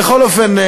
בכל אופן,